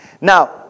Now